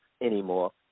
anymore